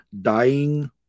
dying